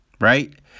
right